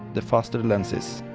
the faster the lens is,